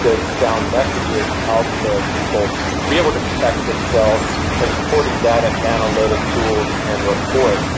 good sound messages out to people to be able to protect themselves and supporting data analytic tools and reports.